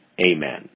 Amen